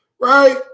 right